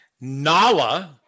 Nala